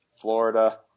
Florida